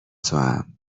توام